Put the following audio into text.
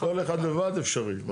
כל אחד לבד אפשרי.